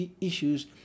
issues